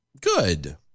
Good